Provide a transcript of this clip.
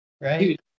right